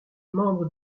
membre